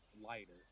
lighter